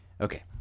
Okay